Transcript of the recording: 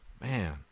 Man